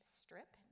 strip